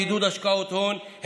בעידוד השקעות הון,